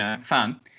fun